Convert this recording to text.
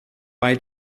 bei